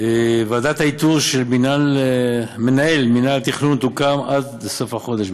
1. ועדת האיתור של מנהל מינהל התכנון תוקם עד לסוף החודש,